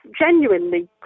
genuinely